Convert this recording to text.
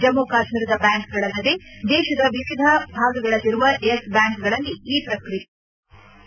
ಜಮ್ತು ಕಾಶ್ಮೀರದ ಬ್ಲಾಂಕ್ಗಳಲ್ಲದೆ ದೇಶದ ವಿವಿಧ ಭಾಗಗಳಲ್ಲಿರುವ ಯೆಸ್ ಬ್ಲಾಂಕ್ಗಳಲ್ಲಿ ಈ ಪ್ರಕ್ರಿಯೆ ಆರಂಭಗೊಂಡಿದ